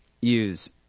use